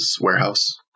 warehouse